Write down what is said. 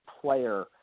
player